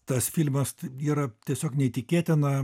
tas filmas yra tiesiog neįtikėtina